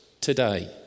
today